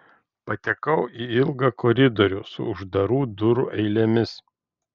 patekau į ilgą koridorių su uždarų durų eilėmis